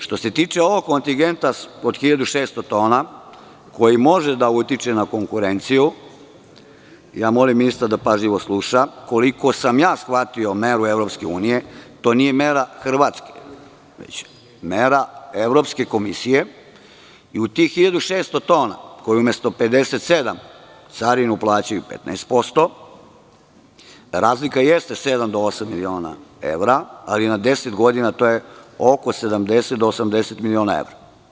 Što se tiče ovog kontingenta od 1.600 tona, koji može da utiče na konkurenciju, molim ministra da pažljivo sluša, koliko sam ja shvatio meru EU, to nije mera Hrvatske, već mera Evropske komisije i u tih 1.600 tona, koji umesto 57 carinu plaćaju 15%, a razlika jeste 7-8 miliona evra, ali na 10 godina to je oko 70 do 80 miliona evra.